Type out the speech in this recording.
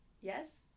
Yes